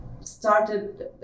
started